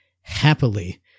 happily